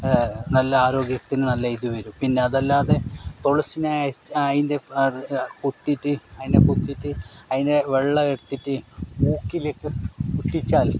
നല്ല ആരോഗ്യത്തിന് നല്ല ഇത് വരും പിന്നെ അതല്ലാതെ തുളസീനെ അതിന്റെ കുത്തിയിട്ട് അതിനെ കുത്തിയിട്ട് അതിനെ വെള്ളം എടുത്തിട്ട് മൂക്കിലേക്ക് ഊറ്റിച്ചാൽ